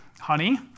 Honey